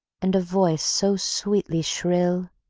and a voice so sweetly shrill?